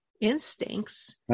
instincts